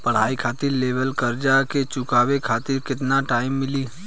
पढ़ाई खातिर लेवल कर्जा के चुकावे खातिर केतना टाइम मिली?